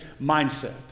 mindset